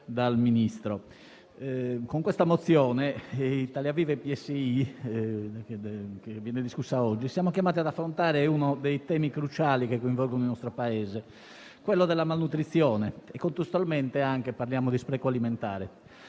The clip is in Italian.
Con la mozione oggi in discussione di Italia Viva-PSI siamo chiamati ad affrontare uno dei temi cruciali che coinvolgono il nostro Paese, quello della malnutrizione, e contestualmente parliamo di spreco alimentare.